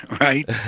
right